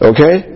Okay